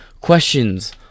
questions